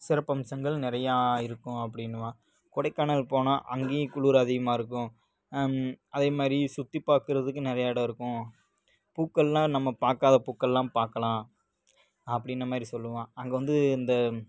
சிறப்பம்சங்கள் நிறையா இருக்கும் அப்டின்னுவான் கொடைக்கானல் போனால் அங்கேயும் குளிர் அதிகமாக இருக்கும் அதே மாதிரி சுற்றிப் பார்க்குறதுக்கு நிறையா இடம் இருக்கும் பூக்கள்லாம் நம்ம பார்க்காத பூக்கள்லாம் பார்க்கலாம் அப்படின்ன மாதிரி சொல்லுவான் அங்கே வந்து இந்த